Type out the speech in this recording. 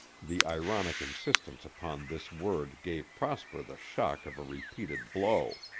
the ironic insistence upon this word gave prosper the shock of a repeated blow